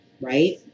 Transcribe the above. right